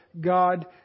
God